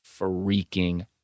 freaking